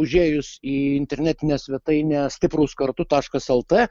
užėjus į internetinę svetainę stiprūs kartu taškas lt